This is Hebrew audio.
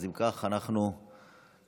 אם כך, אנחנו נצביע